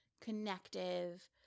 connective